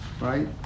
right